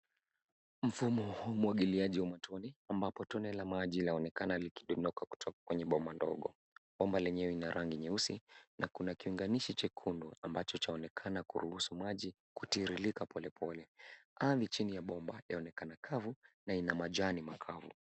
Mfumo wa umwagiliaji wa matone ambapo tone la maji laonekana likindondoka kutoka kwenye bomba ndogo .Bomba lenyewe lina rangi nyeusi na kuna kiunganishi chekundu ambacho chaonekana kuruhusu maji kutiririka polepole. Ardhi chini ya bomba yaonekana kavu na ina majani makavu.